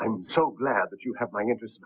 i'm so glad that you have my interest